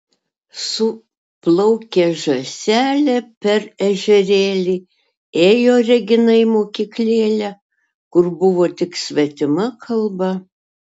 su plaukė žąselė per ežerėlį ėjo regina į mokyklėlę kur buvo tik svetima kalba